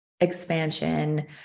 expansion